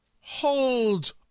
Hold